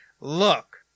look